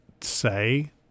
say